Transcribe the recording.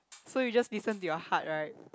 so you just listen to your heart right